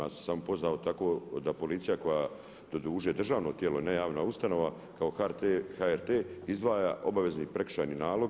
Ja sam samo pozvao tako da policija koja, doduše državno tijelo, ne javna ustanova kao HRT izdvaja obavezni prekršajni nalog.